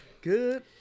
good